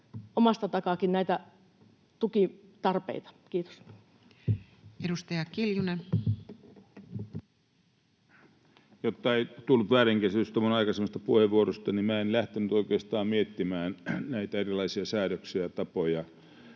omasta takaakin näitä tukitarpeita. — Kiitos. Edustaja Kiljunen. Jotta ei tule väärinkäsitystä minun aikaisemmasta puheenvuorostani, niin minä en lähtenyt oikeastaan miettimään näitä erilaisia säädöksiä ja tapoja